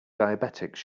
diabetics